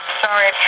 sorry